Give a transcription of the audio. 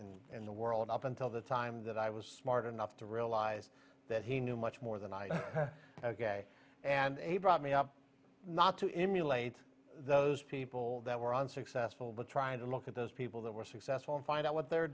guy in the world up until the time that i was smart enough to realize that he knew much more than i and he brought me up not to emulate those people that were unsuccessful but trying to look at those people that were successful and find out what they're